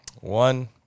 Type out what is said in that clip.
One